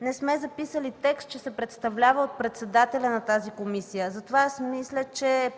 не сме записали текст, че се представлява от председателя на тази комисия. Мисля, че